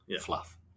fluff